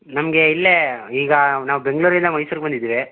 ನಮಗೆ ಇಲ್ಲೇ ಈಗ ನಾವು ಬೆಂಗಳೂರಿಂದ ಮೈಸೂರ್ಗೆ ಬಂದಿದೇವೆ